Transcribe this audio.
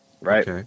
Right